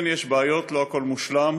כן, יש בעיות, לא הכול מושלם,